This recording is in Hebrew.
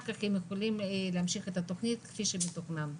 כך הם יכולים להמשיך את התוכנית כפי שמתוכנן.